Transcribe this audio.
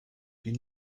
been